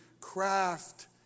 craft